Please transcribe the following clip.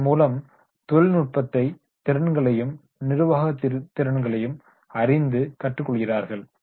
இதன் மூலம் தொழில்நுட்பத் திறன்களையும் நிர்வாகத்திறன்களையும் அறிந்து கற்றுக் கொள்கிறார்கள்